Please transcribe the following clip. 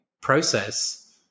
process